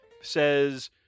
says